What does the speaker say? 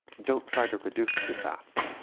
don't try to reduce too fast.